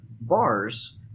bars